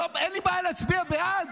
אין לי בעיה להצביע בעד,